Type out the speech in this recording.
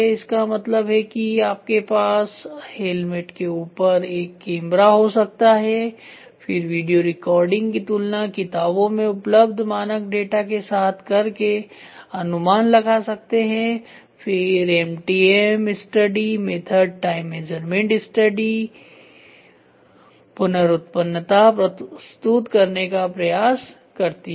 इसका मतलब है कि आपके पास हेलमेट के ऊपर एक कैमरा हो सकता है फिर वीडियो रिकॉर्डिंग की तुलना किताबों में उपलब्ध मानक डेटा के साथ कर के अनुमान लगा सकते हैं और फिर MTM स्टडी मेथड और टाइम मेज़रमेंट स्टडी पुनरुत्पन्नता प्रस्तुत करने का प्रयास करती है